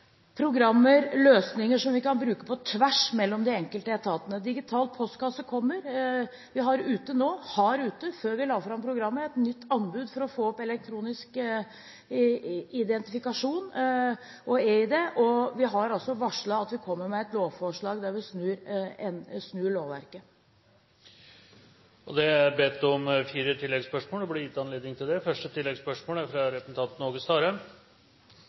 programmer og løsninger som vi kan bruke på tvers av de enkelte etatene. Digital postkasse kommer. Vi har nå ute – før vi la fram programmet – et nytt anbud for å få opp elektronisk identifikasjon og eID, og vi har varslet at vi kommer med et lovforslag der vi snur lovverket. Det blir gitt anledning til fire oppfølgingsspørsmål – først representanten Åge Starheim Når ein registrerer at kommunane ikkje ser seg i stand til